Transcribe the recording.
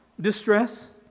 distress